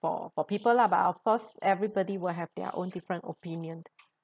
for for people lah but of course everybody will have their own different opinions